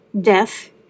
death